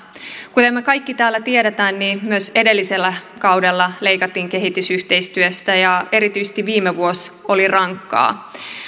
kuten me kaikki täällä tiedämme niin myös edellisellä kaudella leikattiin kehitysyhteistyöstä ja erityisesti viime vuosi oli rankka